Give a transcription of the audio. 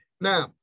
Now